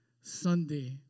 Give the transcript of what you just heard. Sunday